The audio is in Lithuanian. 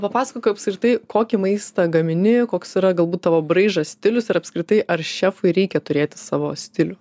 papasakok apskritai kokį maistą gamini koks yra galbūt tavo braižas stilius ir apskritai ar šefui reikia turėti savo stilių